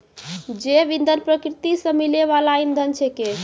जैव इंधन प्रकृति सॅ मिलै वाल इंधन छेकै